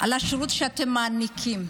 על השירות שאתם מעניקים,